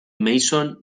mason